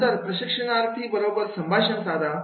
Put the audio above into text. नंतर प्रशिक्षणार्थी बरोबर संभाषण साधा